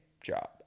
job